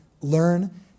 learn